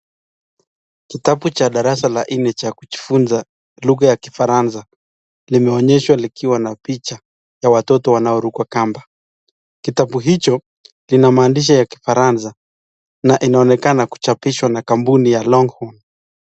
Kitabu cha darsa la nne cha kujifunza lugha ya kifaransa limeonyeshwa likiwa na picha ya watoto wanaoruka kamba. Kitambu hicho kina maandishi ya kifaransa na inaonekana kuchapishwa na kampuni ya Longhorn.